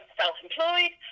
self-employed